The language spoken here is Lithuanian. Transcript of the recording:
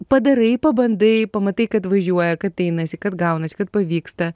padarai pabandai pamatai kad važiuoja kad einasi kad gaunasi kad pavyksta